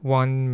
one